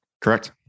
Correct